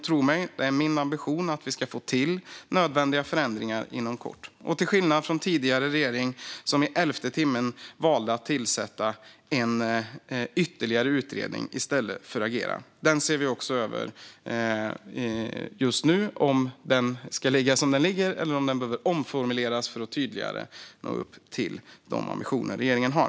Tro mig, det är min ambition att vi ska få till nödvändiga förändringar inom kort, till skillnad från tidigare regering, som i elfte timmen valde att tillsätta ytterligare en utredning i stället för att agera. Den ser vi också över just nu, för att se om den ska ligga som den ligger eller om den ska omformuleras för att tydligare nå upp till de ambitioner regeringen har.